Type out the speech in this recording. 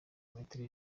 metero